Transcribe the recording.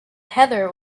heather